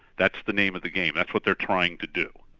that's the name of the game, that's what they're trying to do.